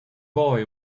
boy